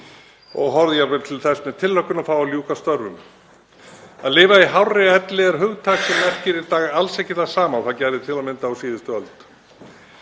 og horfði jafnvel til þess með tilhlökkun að fá að ljúka störfum. Að lifa í hárri elli er hugtak sem merkir í dag alls ekki það sama og það gerði til að mynda á síðustu öld.